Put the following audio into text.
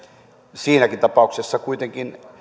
siinäkin tapauksessa kuitenkin